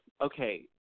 okay